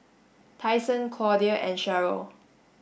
Tyson Claudia and Sheryll